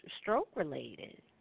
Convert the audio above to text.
stroke-related